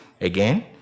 again